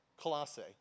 Colossae